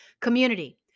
Community